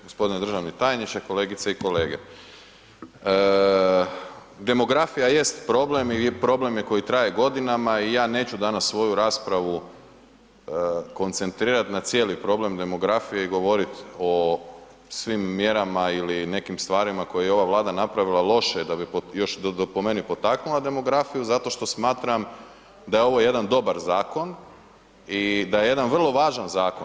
Gospodine državni tajniče, kolegice i kolege, demografija jest problem i problem je koji traje godinama i ja neću danas svoju raspravu koncentrirat na cijeli problem demografije i govorit o svim mjerama ili nekim stvarima koje je ova Vlada napravila loše da bi još po meni potaknula demografiju zato što smatram da je ovo jedan dobar zakon i da je jedan vrlo važan zakon.